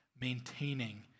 maintaining